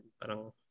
Parang